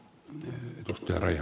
herra puhemies